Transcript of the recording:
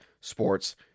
sports